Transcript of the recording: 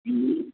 जी